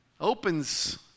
Opens